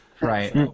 Right